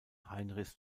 heinrichs